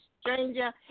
stranger